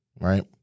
Right